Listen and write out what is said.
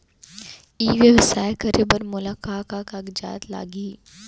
ई व्यवसाय करे बर मोला का का कागजात लागही?